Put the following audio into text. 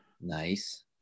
Nice